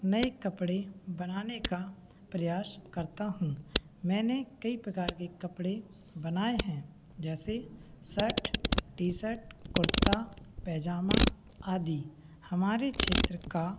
नए कपड़े बनाने का प्रयास करता हूँ मैंने कई प्रकार के कपड़े बनाए हैं जैसे सट टीसट कुर्ता पैजामा आदि हमारे क्षेत्र का